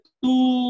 two